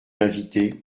invitées